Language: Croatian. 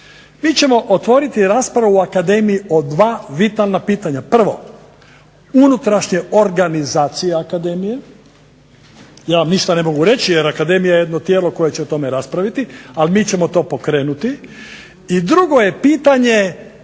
Mi ćemo otvoriti raspravu u Akademiji o dva vitalna pitanja. Prvo, unutrašnja organizacija Akademije, ja vam ništa ne mogu reći jer Akademija je jedno tijelo koje će o tome raspraviti, ali mi ćemo to pokrenuti i drugo je pitanje